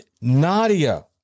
Nadia